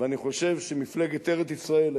ואני חושב שמפלגת ארץ-ישראל,